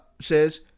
says